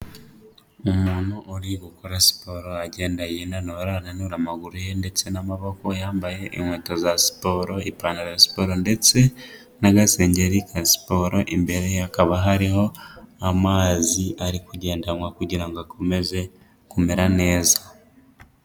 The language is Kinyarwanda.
Umuntu uri gukora siporo agenda yinanura, anura amaguru ye ndetse n'amaboko, yambaye inkweto za siporo, ipantaro ya sporo ndetse n'agasengeri ka siporo, imbere ye hakaba hariho amazi ari kugenda anywa kugira ngo akomeze kumera neza.